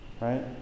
right